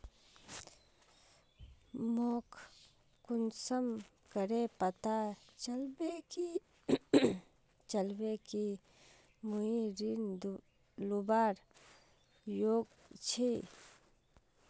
मोक कुंसम करे पता चलबे कि मुई ऋण लुबार योग्य छी?